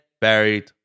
buried